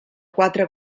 quatre